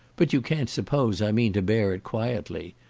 but you can't suppose i mean to bear it quietly?